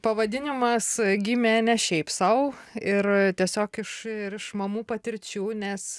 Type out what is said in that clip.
pavadinimas gimė ne šiaip sau ir tiesiog iš ir iš mamų patirčių nes